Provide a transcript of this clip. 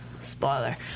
spoiler